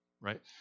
right